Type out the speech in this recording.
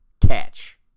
catch